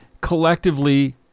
collectively